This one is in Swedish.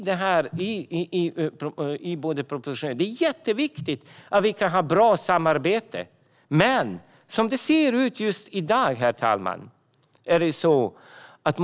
Det är jätteviktigt att vi kan ha ett bra samarbete, men som det ser ut just i dag känns det osäkert.